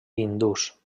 hindús